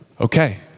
okay